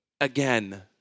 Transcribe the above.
again